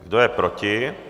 Kdo je proti?